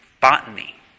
botany